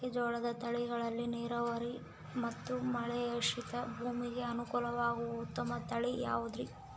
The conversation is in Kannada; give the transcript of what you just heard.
ಮೆಕ್ಕೆಜೋಳದ ತಳಿಗಳಲ್ಲಿ ನೇರಾವರಿ ಮತ್ತು ಮಳೆಯಾಶ್ರಿತ ಭೂಮಿಗೆ ಅನುಕೂಲವಾಗುವ ಉತ್ತಮ ತಳಿ ಯಾವುದುರಿ?